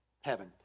heaven